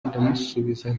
ndamusubiza